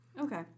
Okay